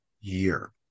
year